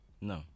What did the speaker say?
no